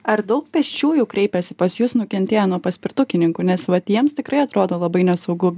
ar daug pėsčiųjų kreipiasi pas jus nukentėję nuo paspirtukininkų nes vat jiems tikrai atrodo labai nesaugu